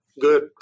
good